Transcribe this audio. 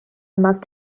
must